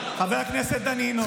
חבר הכנסת דנינו,